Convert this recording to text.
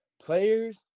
players